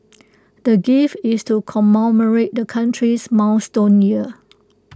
the gift is to commemorate the country's milestone year